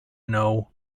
know